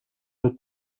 mit